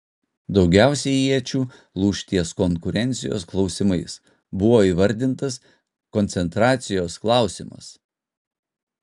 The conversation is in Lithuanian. daugiausiai iečių lūš ties konkurencijos klausimais buvo įvardintas koncentracijos klausimas